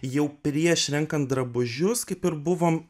jau prieš renkant drabužius kaip ir buvom